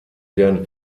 der